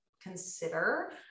consider